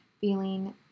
feeling